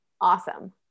Awesome